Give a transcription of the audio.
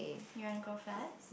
you want to go first